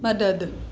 मदद